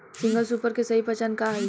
Single super के सही पहचान का हई?